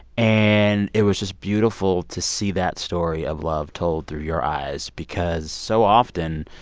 and it was just beautiful to see that story of love told through your eyes because so often,